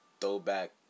throwback